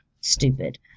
stupid